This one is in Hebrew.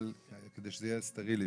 אבל כדי שזה יהיה סטרילי,